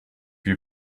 you